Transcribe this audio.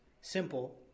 simple